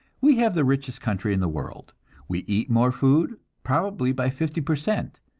we have the richest country in the world we eat more food, probably by fifty per cent,